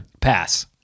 Pass